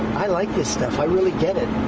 i like this stuff. i really get it.